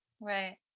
Right